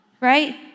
right